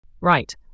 Right